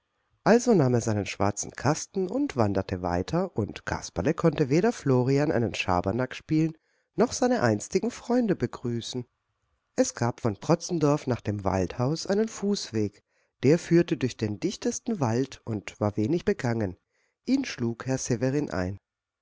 also nahm er seinen schwarzen kasten und wanderte weiter und kasperle konnte weder florian einen schabernack spielen noch seine einstigen freunde begrüßen es gab von protzendorf nach dem waldhaus einen fußweg der führte durch den dichtesten wald und war wenig begangen ihn schlug herr severin ein